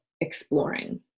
exploring